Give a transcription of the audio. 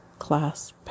class